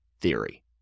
theory